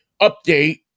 update